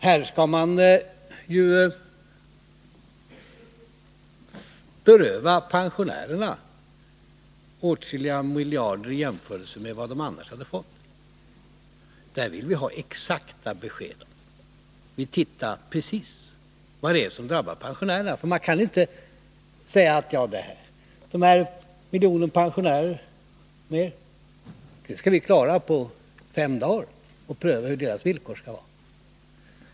Här skall man ju beröva pensionärerna åtskilliga miljarder i jämförelse med vad de annars hade fått. Vi vill ha exakta besked; vi vill se precis vad det är som drabbar pensionärerna. Man kan inte säga att när det gäller den här miljonen pensionärer skall vi på fem dagar klara av att pröva hur deras villkor skall vara.